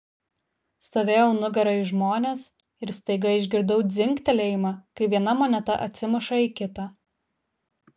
stovėjau nugara į žmones ir staiga išgirdau dzingtelėjimą kai viena moneta atsimuša į kitą